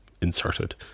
inserted